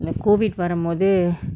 இந்த:indtha COVID வரும் போது:varum pothu